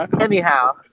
anyhow